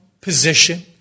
position